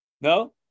No